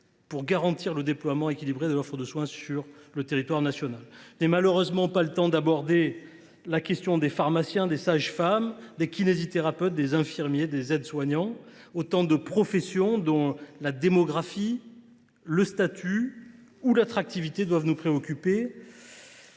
pour garantir le déploiement équilibré de l’offre de soins sur le territoire national. Je n’ai malheureusement pas le temps d’aborder la question des pharmaciens, des sages femmes, des kinésithérapeutes, des infirmiers, des aides soignants, autant de professions dont la démographie, le statut ou l’attractivité doivent nous préoccuper.